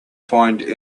find